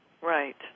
Right